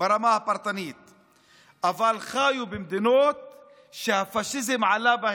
ברמה הפרטנית, אבל חיו במדינות שהפשיזם עלה בהן.